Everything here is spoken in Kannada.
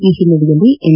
ಈ ಹಿನ್ನೆಲೆಯಲ್ಲಿ ಎನ್